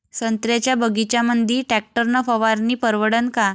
संत्र्याच्या बगीच्यामंदी टॅक्टर न फवारनी परवडन का?